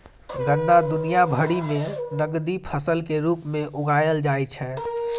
गन्ना दुनिया भरि मे नकदी फसल के रूप मे उगाएल जाइ छै